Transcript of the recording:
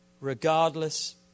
regardless